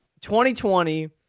2020